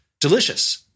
delicious